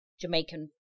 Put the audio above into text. Jamaican